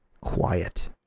quiet